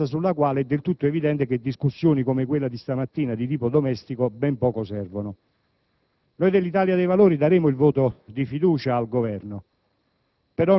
un tema sul quale è del tutto evidente che discussioni come quella di tipo domestico di questa mattina a ben poco servono. Noi dell'Italia dei Valori daremo il voto di fiducia al Governo,